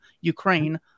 Ukraine